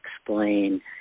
explain